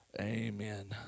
Amen